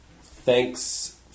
thanks